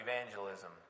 evangelism